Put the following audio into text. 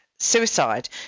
suicide